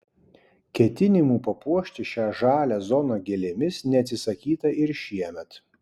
ketinimų papuošti šią žalią zoną gėlėmis neatsisakyta ir šiemet